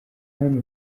hano